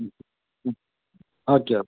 okay okay